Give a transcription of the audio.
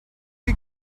you